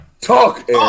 Talk